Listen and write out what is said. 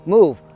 Move